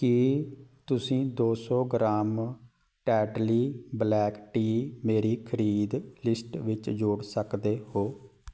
ਕੀ ਤੁਸੀਂ ਦੋ ਸੌ ਗ੍ਰਾਮ ਟੈਟਲੀ ਬਲੈਕ ਟੀ ਮੇਰੀ ਖਰੀਦ ਲਿਸਟ ਵਿੱਚ ਜੋੜ ਸਕਦੇ ਹੋ